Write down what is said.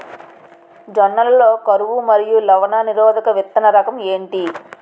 జొన్న లలో కరువు మరియు లవణ నిరోధక విత్తన రకం ఏంటి?